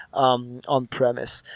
um on premise.